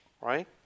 Right